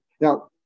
Now